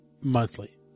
monthly